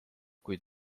kuid